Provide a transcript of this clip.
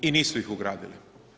I nisu ih ugradili.